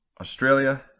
Australia